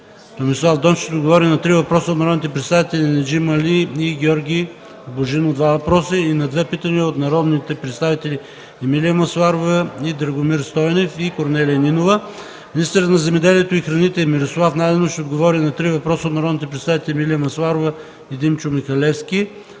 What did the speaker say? Томислав Дончев ще отговори на 3 въпроса от народните представители Неджми Али, и Георги Божинов – 2 въпроса, и на 2 питания от народните представители Емилия Масларова и Драгомир Стойнев, и Корнелия Нинова. Министърът на земеделието и храните Мирослав Найденов ще отговори на 3 въпроса от народните представители Емилия Масларова и Димчо Михалевски,